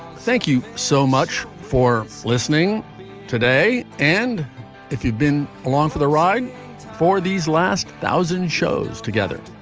thank you so much for listening today. and if you'd been along for the ride for these last thousand shows together.